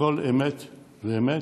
לכל אמת ואמת,